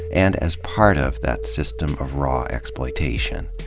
and as part of, that system of raw exploitation.